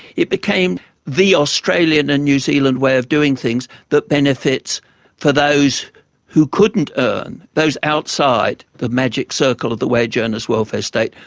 it became the australian and new zealand way of doing things that the benefits for those who couldn't earn, those outside the magic circle of the wage earners' welfare state,